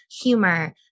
humor